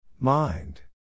Mind